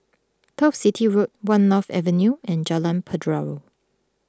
Turf City Road one North Avenue and Jalan Pelajau